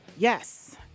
Yes